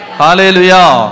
hallelujah